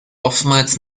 oftmals